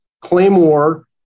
Claymore